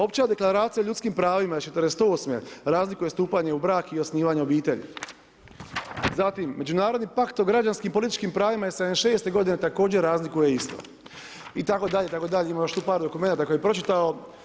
Opća deklaracija o ljudskim pravima i '48. razlikuje stupanje u brak i osnivanje obitelji, zatim međunarodni pakt o građanskim i političkim pravima iz '76. godine također razlikuje isto itd., itd. ima tu još par dokumenata koje bi pročitao.